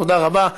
תודה רבה.